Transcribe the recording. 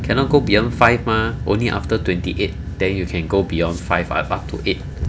cannot go beyond five mar only after twenty eight then you can go beyond five five up to eight